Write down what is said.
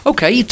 Okay